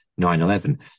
9-11